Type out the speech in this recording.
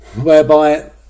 whereby